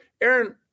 Aaron